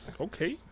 Okay